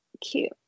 cute